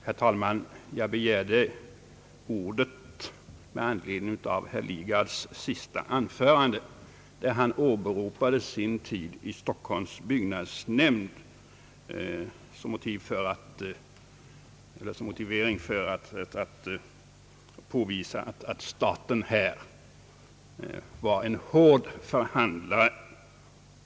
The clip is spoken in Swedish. Herr talman! Jag begärde ordet med anledning av herr Lidgards sista anförande. Herr Lidgard åberopade sin egen tid i Stockholms stads byggnadsnämnd när han ville påvisa att staten var en hård förhandlare.